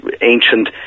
ancient